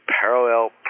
parallel